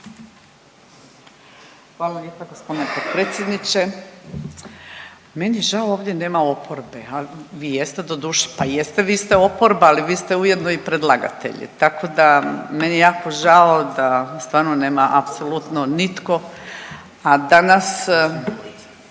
Hvala lijepa g. potpredsjedniče. Meni je žao ovdje nema oporbe, ali vi jeste doduše, pa jeste vi ste oporba, ali vi ste ujedno i predlagatelji, tako da meni je jako žao da stvarno nema apsolutno nitko, a danas,